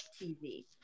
TV